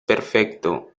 perfecto